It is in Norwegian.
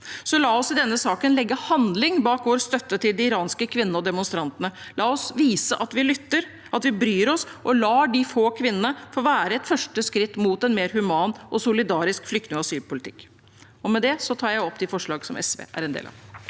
La oss i denne saken legge handling bak vår støtte til de iranske kvinnene og demonstrantene. La oss vise at vi lytter, at vi bryr oss og lar disse få kvinnene få være et første skritt mot en mer human og solidarisk flyktning- og asylpolitikk. Med dette tar jeg opp forslaget SV har sammen med